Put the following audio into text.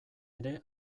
ere